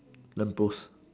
lamppost